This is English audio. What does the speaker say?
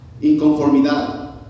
inconformidad